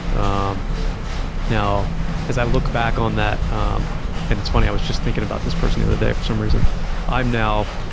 um as i look back on that and it's funny, i was just thinking about this person the other day, for some reason i'm now